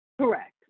Correct